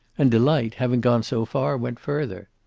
and delight, having gone so far, went further.